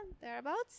thereabouts